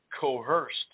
coerced